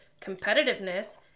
competitiveness